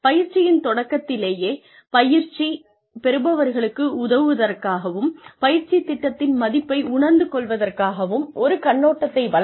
பயிற்சியின் தொடக்கத்திலேயே பயிற்சி பெறுபவர்களுக்கு உதவுவதற்காகவும் பயிற்சி திட்டத்தின் மதிப்பை உணர்ந்து கொள்வதற்காகவும் ஒரு கண்ணோட்டத்தை வழங்கவும்